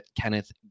Kenneth